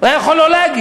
הוא היה יכול לא להגיד,